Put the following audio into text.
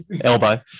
Elbow